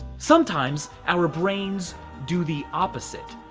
sometimes our brains do the opposite.